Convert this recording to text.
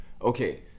Okay